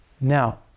Now